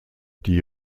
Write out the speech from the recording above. die